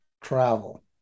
travel